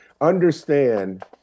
understand